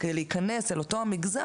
על מנת להיכנס אל אותו המגזר,